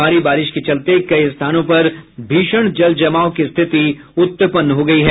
भारी बारिश के चलते कई स्थानों पर भीषण जल जमाव की स्थिति उत्पन्न हो गयी है